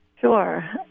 Sure